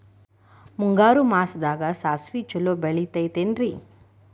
ಮುಂಗಾರು ಮಾಸದಾಗ ಸಾಸ್ವಿ ಛಲೋ ಬೆಳಿತೈತೇನ್ರಿ?